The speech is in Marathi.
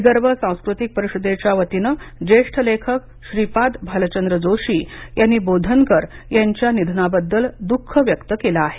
विदर्भ सांस्कृतिक परिषदेच्या वतीनं ज्येष्ठ लेखक श्रीपाद भालचंद्र जोशी यांनी बोधनकर यांच्या निधनाबद्दल दुःख व्यक्त केलं आहे